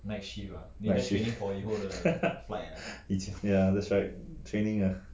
night shift that's right training ah